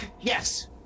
Yes